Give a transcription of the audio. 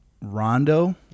Rondo